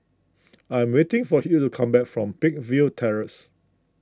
I am waiting for Hugh to come back from Peakville Terrace